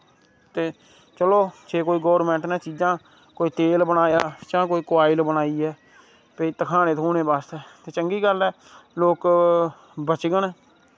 ते चलो जे कोई गौरमैंट ने चीजां कोई तेल बनाया जां केई कोआएल बनाई ऐ भाई धखाने धखूने बास्तै ते चंग्गी गल्ल ऐ लोक बचङन